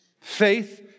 Faith